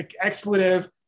expletive